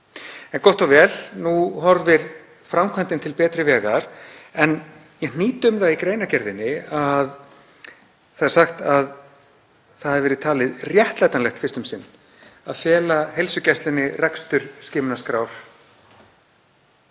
En gott og vel, nú horfir framkvæmdin til betri vegar. Ég hnýt um það í greinargerðinni að sagt er að það hafi verið talið réttlætanlegt fyrst um sinn að fela heilsugæslunni rekstur skimunarskrár